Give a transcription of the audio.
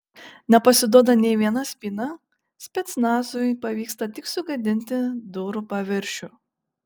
nepasiduoda nė viena spyna specnazui pavyksta tik sugadinti durų paviršių